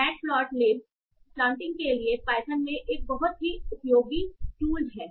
Matplotlib plotting के लिए Python में एक बहुत ही उपयोगी टूल है